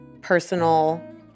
personal